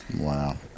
wow